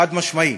חד-משמעי.